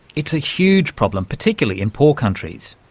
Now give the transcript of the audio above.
it's a huge problem, particularly in poor countries.